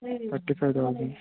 thirty five thousand